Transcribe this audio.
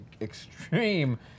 extreme